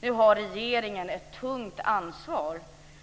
Nu har regeringen ett tungt ansvar